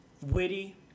witty